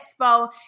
Expo